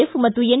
F ಮತ್ತು N